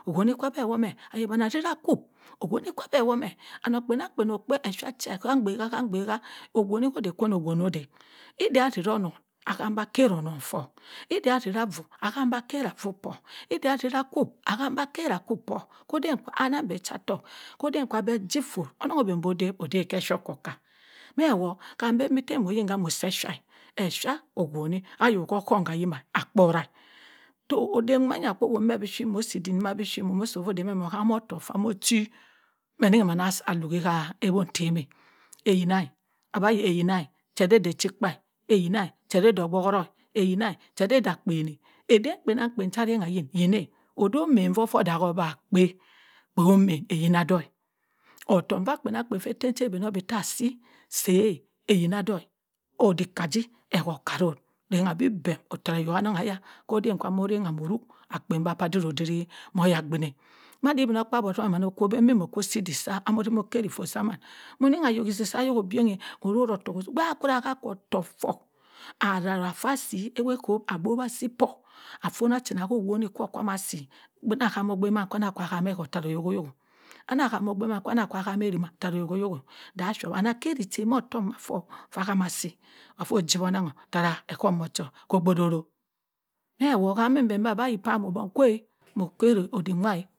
Owuni sah beh womeh ayo ashosha kub owuni sabeh womeh onong kpenangkpen okpay esha kwe ha n baha hanbaha nbaha nbaha owoni koh noh owoni odey edah asohzonu ahambaa akehrong toh edah a kehra vouh aham bah a kerah vu phot idah akehra kup amemba kehra kup cho koh dey anang beh ochatohk koden cha beh jih foh onong omoh boh dabh odehb keh sha okaka meh woh kam bambi tey moh yin kah moh seh sha, esha owoni kohum ha yimah akpora toh oyo oden manya kwo woh meh bi shit moh si iddik mah bishit moh moh si meh ovah moh hamotohk fah moh chi be ni mani ha luhi ha ewon temeh ayina aba yi eyina che hey dey echikpa eyina eh che ho dey ogbohoro eyina che hay dey akpeney eden kpenangkpen cha rengha yin yineh odoh main foh odah fah kpay kpoy main eyina doh otohk vah kpenangkpen che tem cho obehnorbi tey asi sayh eyina doh oddik kah ji ehort kah rouh rengha bi bem otarohi nongheya koddah kah moh rangha moh rong akpen vah diro diri moh yagbine madi igbimogkpaabi ozum mahn okwo omembi moh koh si iddik sah amoh zimoh kehri foh saman moh ni ayo iddihk si sah obienghy moh roroh tohk igbaha akoh toh foh aza ra fu si owe kohwp abowa si kpor afonah achina ho wohi kwo kah ma sibi nnah hamo gbe mah hameh hoht taro oyoh anah hama moh ogbe anah hama erima tarah oyoh duh showp akari chen moh toh mah foh fah hama si afoh ojiwo nangho tarah okhumo cho kobo roro meh woh kam miben bi ayo kwam oh bong kwe moh keri oddy wa.